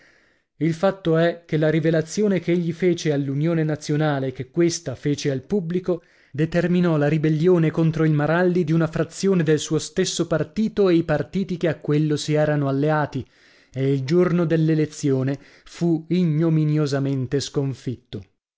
il fatto è che la rivelazione ch'egli fece all'unione nazionale e che questa fece al pubblico determinò la ribellione contro il maralli di una frazione del suo stesso partito e i partiti che a quello si erano alleati e il giorno dell'elezione fu ignominiosamente sconfitto